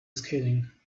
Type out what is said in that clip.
scathing